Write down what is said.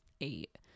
eight